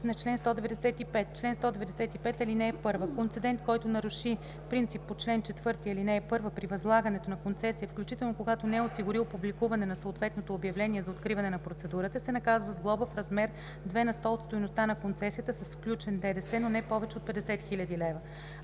на чл. 195: „Чл. 195. (1) Концедент, който наруши принцип по чл. 4, ал. 1 при възлагането на концесия, включително когато не е осигурил публикуване на съответното обявление за откриване на процедурата, се наказва с глоба в размер 2 на сто от стойността на концесията, с включен ДДС, но не повече от 50 000 лв.